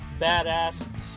badass